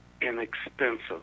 inexpensive